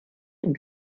und